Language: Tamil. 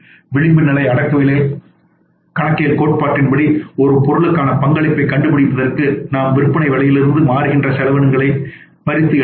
விளிம்புநிலை அடக்க விலை கணக்கியல் கோட்பாட்டின்படி ஒரு பொருளுக்கான பங்களிப்பை கண்டுபிடிப்பதற்கு நாம் விற்பனை விலையிலிருந்து மாறுகின்ற செலவினங்களை பறித்து எடுப்போம்